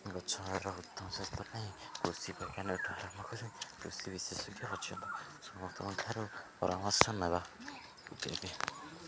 ଗଛର ଉତ୍ତମ ସ୍ଵାସ୍ଥ୍ୟ ପାଇଁ କୃଷି ବୈଜ୍ଞାନଠୁ ଆରମ୍ଭ କରି କୃଷି ବିଶେଷକ ପର୍ଯ୍ୟନ୍ତ ସମସ୍ତଙ୍କାରୁ ପରାମର୍ଶ ନେବା